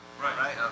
Right